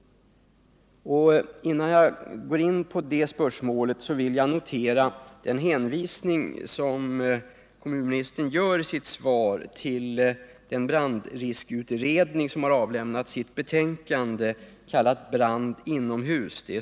Innan jag går in på det spörsmålet vill jag notera den hänvisning som kommunministern gör i sitt svar till brandriskutredningen, som avlämnat sitt betänkande kallat Brand inomhus .